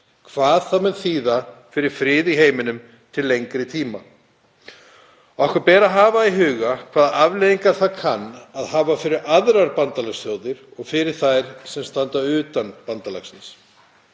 hvað það mun þýða fyrir frið í heiminum til lengri tíma og okkur ber að hafa í huga hvaða afleiðingar það kann að hafa fyrir aðrar bandalagsþjóðir og fyrir þær sem standa utan bandalagsins.